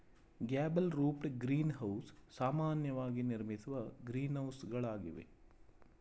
gable roofed green house ಸಾಮಾನ್ಯವಾಗಿ ನಿರ್ಮಿಸುವ ಗ್ರೀನ್ಹೌಸಗಳಾಗಿವೆ